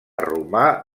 romà